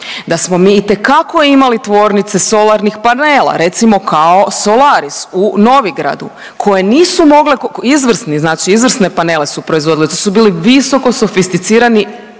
da smo mi itekako imali tvornice solarnih panela, recimo kao Solaris u Novigradu koje nisu mogle, izvrsni znači, izvrsne panele su proizvodili, to su bili visoko sofisticirani